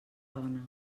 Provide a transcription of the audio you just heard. dona